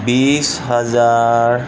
বিছ হাজাৰ